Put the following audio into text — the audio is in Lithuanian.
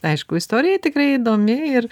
aišku istorija tikrai įdomi ir